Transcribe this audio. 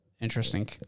Interesting